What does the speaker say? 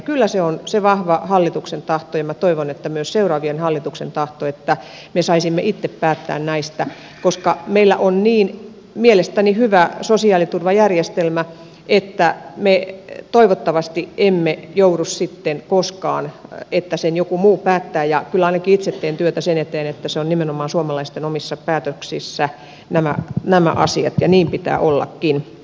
kyllä se on se vahva hallituksen tahto ja minä toivon että myös seuraavien hallitusten tahto että me saisimme itse päättää näistä koska meillä on mielestäni niin hyvä sosiaaliturvajärjestelmä että me toivottavasti emme joudu sitten koskaan siihen että sen joku muu päättää ja kyllä ainakin itse teen työtä sen eteen että ovat nimenomaan suomalaisten omissa päätöksissä nämä asiat ja niin pitää ollakin